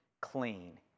clean